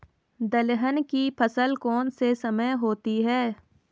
दलहन की फसल कौन से समय में होती है?